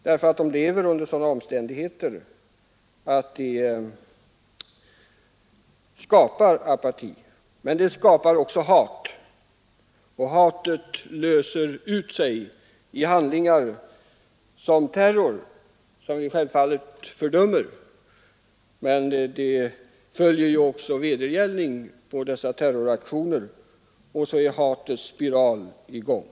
De lever under sådana omständigheter som skapar apati, men det skapar också hat — och hatet utlöses i handlingar som terror — som vi självfallet fördömer. Men det följer också vedergällning på dessa terroraktioner, och så är hatets spiral i gång.